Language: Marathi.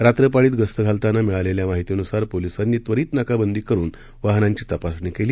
रात्रपाळीत गस्त घालताना मिळालेल्या माहितीनुसार पोलिसांनी त्वरित नाकाबंदी करून वाहनांची तपासणी केली